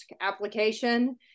application